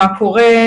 מה קורה,